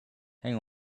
hang